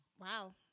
wow